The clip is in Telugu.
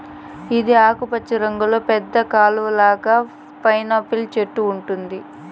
ఇది ఆకుపచ్చ రంగులో పెద్ద కలువ లాగా పైనాపిల్ చెట్టు ఉంటుంది